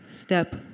step